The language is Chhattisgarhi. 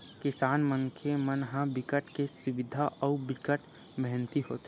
किसान मनखे मन ह बिकट के सिधवा अउ बिकट मेहनती होथे